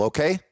Okay